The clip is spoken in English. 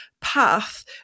path